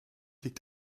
liegt